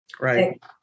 Right